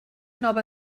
nova